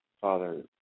Father